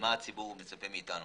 ומה הציבור מצפה מאתנו.